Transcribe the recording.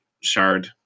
shard